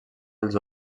dels